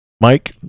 Mike